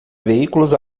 veículos